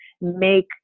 make